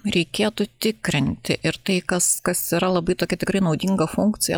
reikėtų tikrinti ir tai kas kas yra labai tokia tikrai naudinga funkcija